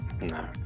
No